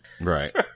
Right